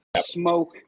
smoke